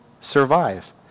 survive